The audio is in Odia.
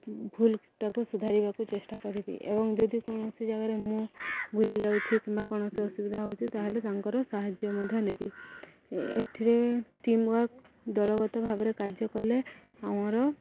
ଭୁଲଟାକୁ ସୁଧାରିବାକୁ ଚେଷ୍ଟା କରିବି ଏବଂ ଯଦି କୌଣସି ଜାଗାରେ ମୁଁ ଭୁଲି ଯାଉଛି କିମ୍ବା କୌଣସି ଅସୁବିଧା ହେଉଛି ତା'ହେଲେ ତାଙ୍କର ସାହାଯ୍ୟ ମଧ୍ୟ ନେବି ଏଥିରେ ଟିମ୍ ୱାର୍କ ଦଳଗତ ଭାବରେ କାର୍ଯ୍ୟ କଲେ ଆମର